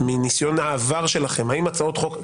מניסיון העבר שלכם, האם הצעות חוק כסגנונה,